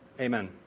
Amen